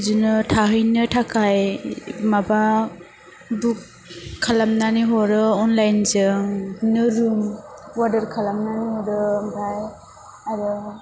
जिनो थाहैनो थाखाय माबा बुक खालामनानै हरो अनलाइनजों बिदिनो रुम वाडार खालामनानै हरो आमफ्राइ आरो